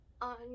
on